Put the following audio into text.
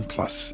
Plus